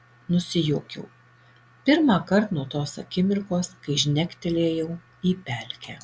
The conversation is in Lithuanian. nusijuokiau pirmąkart nuo tos akimirkos kai žnektelėjau į pelkę